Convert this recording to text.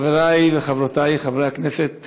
חברי וחברותי חברי הכנסת